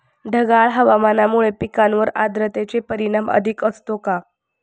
ढगाळ हवामानामुळे पिकांवर आर्द्रतेचे परिणाम अधिक असतो का?